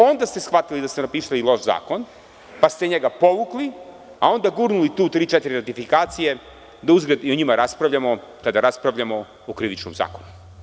Onda ste shvatili da ste napisali loš zakon, pa ste njega povukli, a onda tu gurnuli tri-četiri ratifikacije, da uzgred i o njima raspravljamo, kada raspravljamo o Krivičnom zakonu.